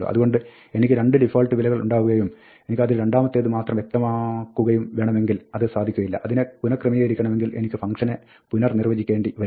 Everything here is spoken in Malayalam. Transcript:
അതുകൊണ്ട് എനിക്ക് 2 ഡിഫാൾട്ട് വിലകൾ ഉണ്ടാവുകയും എനിക്ക് അതിൽ രണ്ടാമത്തേത് മാത്രം വ്യക്തമാക്കുകയും വേണമെങ്കിൽ അത് സാധിക്കുകയില്ല അതിനെ പുനക്രമീകരിക്കണമെങ്കിൽ എനിക്ക് ഫംഗ്ഷനെ പുനർനിർവ്വചിക്കേണ്ടി വരും